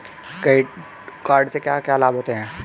Credit card से क्या क्या लाभ होता है?